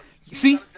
See